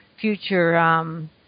future